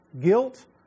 guilt